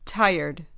tired